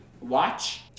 Watch